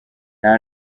nta